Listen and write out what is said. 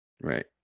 Right